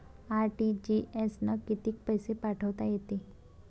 RTGS न कितीक पैसे पाठवता येते?